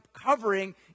covering